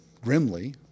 grimly